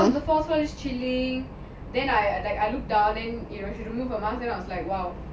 then I was like !wow!